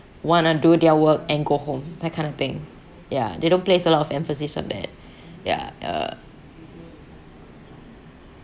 want to do their work and go home that kind of thing ya they don't place a lot of emphasis on that ya uh